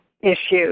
issues